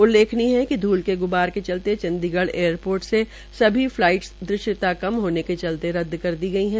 उल्लेखनीय है कि ध्ल के ग्बार के चलते चंडीगढ़ एयरपोर्ट से सभी फलाईटस दृश्यता कम होने के चलते रद्द कर दी गई है